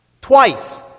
twice